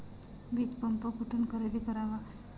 वीजपंप कुठून खरेदी करावा?